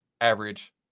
average